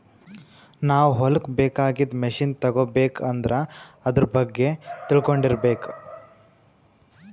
ನಾವ್ ಹೊಲಕ್ಕ್ ಬೇಕಾಗಿದ್ದ್ ಮಷಿನ್ ತಗೋಬೇಕ್ ಅಂದ್ರ ಆದ್ರ ಬಗ್ಗೆ ತಿಳ್ಕೊಂಡಿರ್ಬೇಕ್